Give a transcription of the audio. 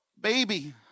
Baby